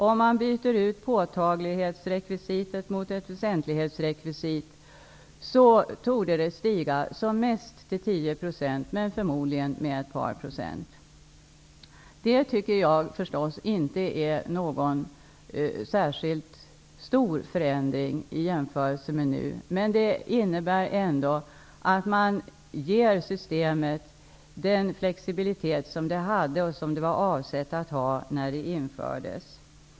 Om man byter ut påtaglighetsrekvisitet mot ett väsentlighetsrekvisit torde det leda till som mest 10 % men förmodligen ett par procent. Jag tycker inte att det är någon särskilt stor förändring i jämförelse med nuläget. Det innebär ändå att man ger systemet den flexibilitet som det hade och som det var avsett att ha när det infördes.